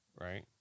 Right